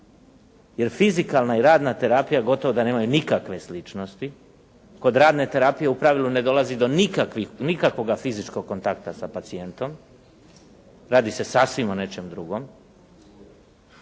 jer fizikalna i radna terapija gotovo da nemaju nikakve sličnosti. Kod radne terapije u pravilu ne dolazi do nikakvoga fizičkog kontakta sa pacijentom, radi se sasvim o nečem drugom,